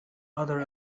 other